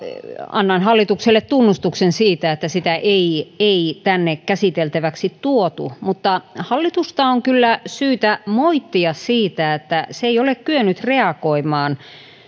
annan hallitukselle tunnustuksen siitä että sitä ei ei tänne käsiteltäväksi tuotu mutta hallitusta on kyllä syytä moittia siitä että se ei ole kyennyt reagoimaan